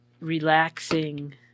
Relaxing